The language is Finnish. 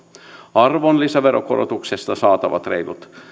arvonlisäveron korotuksesta saatavat reilut